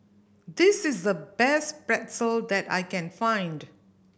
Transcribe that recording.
this is the best Pretzel that I can find